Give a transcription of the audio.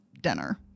dinner